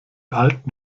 alten